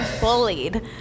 bullied